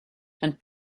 and